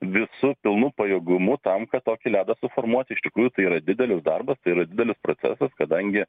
visu pilnu pajėgumu tam kad tokį ledą suformuoti iš tikrųjų tai yra didelis darbas tai yra didelis procesas kadangi